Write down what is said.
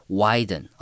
widen